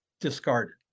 discarded